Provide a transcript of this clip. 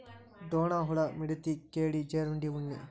ಡೋಣ ಹುಳಾ, ವಿಡತಿ, ಕೇಡಿ, ಜೇರುಂಡೆ, ಉಣ್ಣಿ